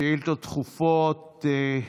שאילתה דחופה מס'